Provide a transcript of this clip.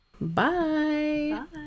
Bye